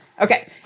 Okay